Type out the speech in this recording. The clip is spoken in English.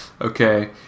Okay